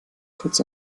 kurz